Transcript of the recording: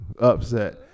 Upset